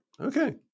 Okay